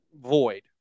void